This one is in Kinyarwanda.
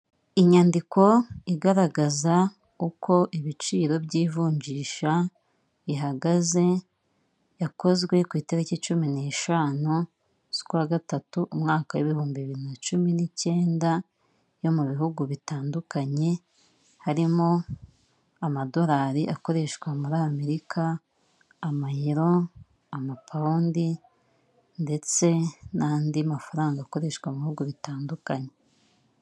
Inyandiko igaragaza uko ibiciro by'ivunjisha bihagaze yakozwe ku itariki cumi n'eshanu z'ukwa gatatu umwaka w'ibihumbi bibiri na cumi n'icyenda yo mu bihugu bitandukanye, harimo amadorari akoreshwa muri Amerika, amayero, amapawundi ndetse n'andi mafaranga akoreshwa mu bihugu bitandukanye.